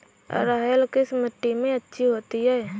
अरहर किस मिट्टी में अच्छी होती है?